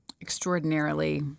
extraordinarily